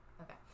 okay